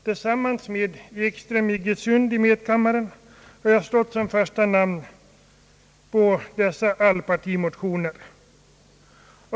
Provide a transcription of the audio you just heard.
Tillsammans med herr Ekström i Iggesund i medkammaren har jag stått såsom första namn på dessa allpartimotioner.